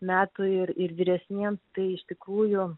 metų ir ir vyresniem tai iš tikrųjų